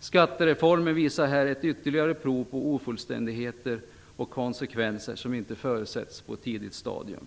Skattereformen visar här ett ytterligare prov på ofullständigheter och konsekvenser som inte förutsetts på ett tidigt stadium.